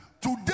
Today